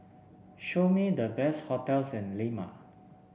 show me the best hotels in Lima